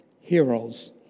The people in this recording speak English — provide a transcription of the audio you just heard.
heroes